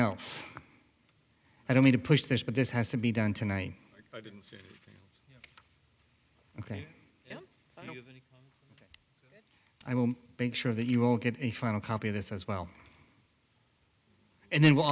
else i don't need to push this but this has to be done tonight ok i will make sure that you all get a final copy of this as well and then we'll